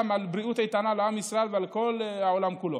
לבריאות איתנה לעם ישראל ולכל העולם כולו,